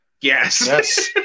Yes